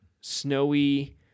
snowy